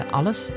Alles